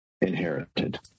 inherited